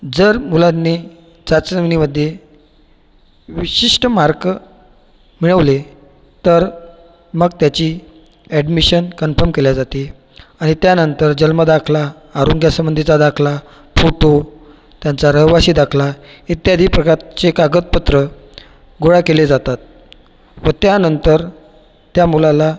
जर मुलांनी चाचणीमध्ये विशिष्ट मार्क मिळवले तर मग त्याची ॲडमिशन कन्फर्म केल्या जाते आणि त्यानंतर जन्मदाखला आरोग्यासंबंधीचा दाखला फोटो त्यांचा रहिवासी दाखला इत्यादी प्रकारचे कागदपत्र गोळा केले जातात व त्यानंतर त्या मुलाला